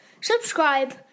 subscribe